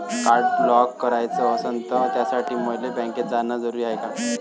Card block कराच असनं त त्यासाठी मले बँकेत जानं जरुरी हाय का?